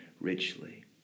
richly